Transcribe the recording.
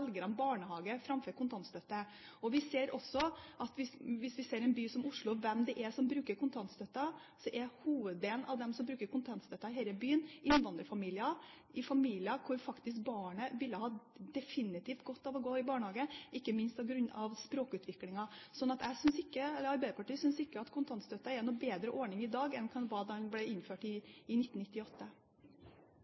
de barnehage framfor kontantstøtte. Vi ser også – hvis vi ser i en by som Oslo – hvem som bruker kontantstøtten. Hoveddelen av dem som bruker kontantstøtte her i byen, er innvandrerfamilier – familier der barnet definitivt hadde hatt godt av å gå i barnehagen, ikke minst på grunn av språkutviklingen. Så Arbeiderpartiet synes ikke at kontantstøtteordningen er en bedre ordning i dag enn da den ble innført i